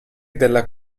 della